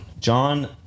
John